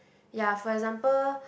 ya for example